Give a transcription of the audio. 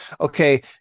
okay